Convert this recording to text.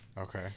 okay